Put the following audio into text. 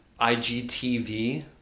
IGTV